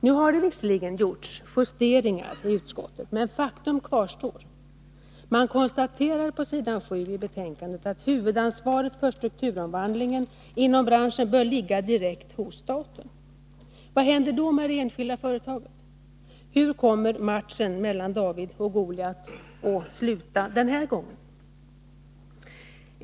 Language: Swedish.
Nu har det visserligen gjorts justeringar i utskottet, men faktum kvarstår: Man konstaterar på s. 7 i betänkandet att huvudansvaret för strukturomvandlingen inom branschen bör ligga hos staten. Vad händer då med det enskilda företaget? Hur kommer matchen mellan David och Goliat att sluta den här gången?